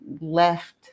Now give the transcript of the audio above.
left